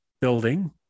building